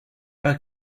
pas